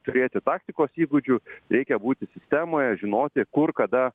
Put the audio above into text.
turėti taktikos įgūdžių reikia būti sistemoje žinoti kur kada